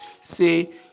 Say